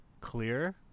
clear